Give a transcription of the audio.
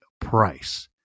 price